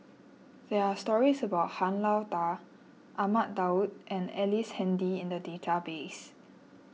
there are stories about Han Lao Da Ahmad Daud and Ellice Handy in the database